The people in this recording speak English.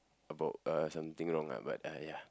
about uh something wrong ah but uh ya